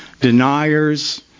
deniers